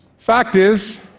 fact is,